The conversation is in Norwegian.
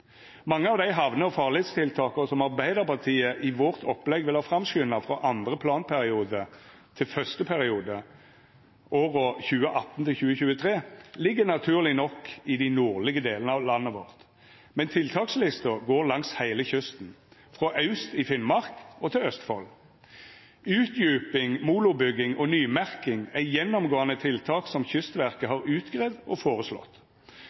Mange av dei hamne- og farleistiltaka som Arbeidarpartiet i vårt opplegg vil ha framskunda frå andre planperiode til første periode, åra 2018–2023, ligg naturleg nok i dei nordlege delane av landet vårt, men tiltakslista går langs heile kysten – frå aust i Finnmark og til Østfold. Utdjuping, molobygging og nymerking er gjennomgåande tiltak som Kystverket har utgreidd og føreslått.